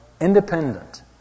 independent